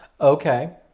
Okay